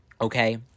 Okay